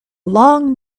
long